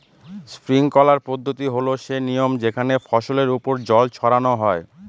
sprinkler পদ্ধতি হল সে নিয়ম যেখানে ফসলের ওপর জল ছড়ানো হয়